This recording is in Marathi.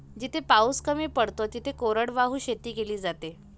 जिथे पाऊस कमी पडतो तिथे कोरडवाहू शेती केली जाते